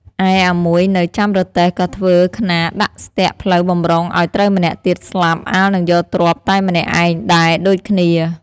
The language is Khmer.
ឯអាមួយនៅ ចាំរទេះក៏ធ្វើខ្នារដាក់ស្ទាក់ផ្លូវបម្រុងឱ្យត្រូវម្នាក់ទៀតស្លាប់អាល់នឹងយកទ្រព្យតែម្នាក់ឯងដែរដូចគ្នា។